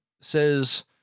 says